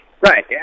Right